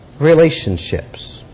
relationships